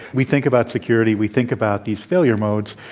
we think about security we think about these failure modes.